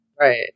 Right